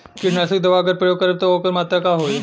कीटनाशक दवा अगर प्रयोग करब त ओकर मात्रा का होई?